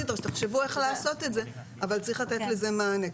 תחשבו איך לעשות את זה, אבל צריך לתת לזה מענה.